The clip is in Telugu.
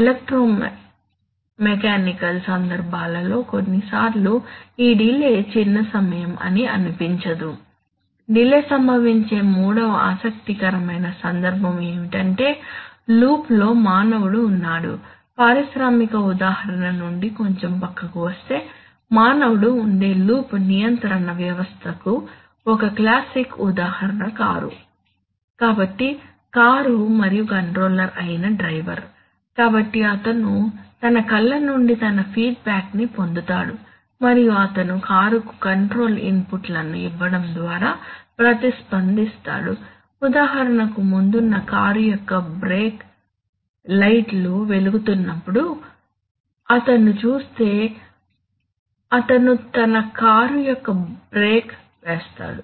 ఎలక్ట్రోమెకానికల్ సందర్భాలలో కొన్నిసార్లు ఈ డిలే చిన్న విషయం అని అనిపించదు డిలే సంభవించే మూడవ ఆసక్తికరమైన సందర్భం ఏమిటంటే లూప్లో మానవుడు ఉన్నాడు పారిశ్రామిక ఉదాహరణ నుండి కొంచెం పక్కకు వస్తే మానవుడు ఉండే లూప్ నియంత్రణ వ్యవస్థ కు ఒక క్లాసిక్ ఉదాహరణ కారు కాబట్టి కారు మరియు కంట్రోలర్ అయిన డ్రైవర్ కాబట్టి అతను తన కళ్ళ నుండి తన ఫీడ్బ్యాక్ ని పొందుతాడు మరియు అతను కారుకు కంట్రోల్ ఇన్పుట్లను ఇవ్వడం ద్వారా ప్రతిస్పందిస్తాడు ఉదాహరణకు ముందున్న కారు యొక్క బ్రేక్ లైట్లు వెలిగుతున్నట్లు అతను చూస్తే అతను తన కారు యొక్క బ్రేక్ వేస్తాడు